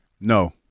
No